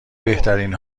بهترین